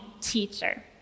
teacher